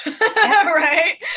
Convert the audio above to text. right